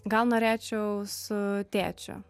gal norėčiau su tėčiu